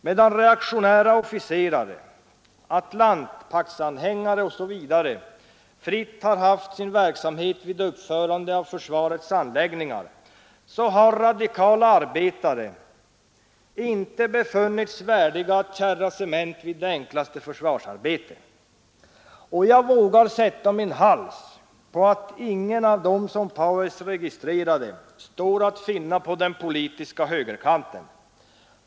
Medan reaktionära officerare, atlantpaktsanhängare osv. fritt har haft sin verksamhet vid uppförandet av försvarets anläggningar, har radikala arbetare inte befunnits värdiga att kärra cement vid det enklaste försvarsarbete. Jag vågar sätta min hals på att ingen av dem som Paues registrerade står att finna på den politiska högerkanten.